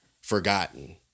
forgotten